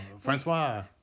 Francois